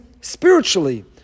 spiritually